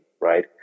Right